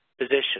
position